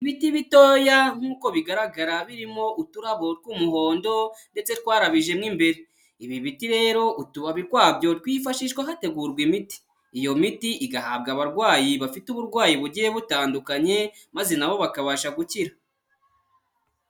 Ibiti bitoya, nk'uko bigaragara birimo uturabo tw'umuhondo ndetse twarabijemo imbere, ibi biti rero utubabi twabyo twifashishwa hategurwa imiti, iyo miti igahabwa abarwayi bafite uburwayi bugiye butandukanye maze nabo bakabasha gukira.